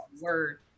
word